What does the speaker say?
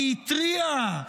היא התריעה,